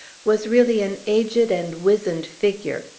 was really an aged and wizened figure,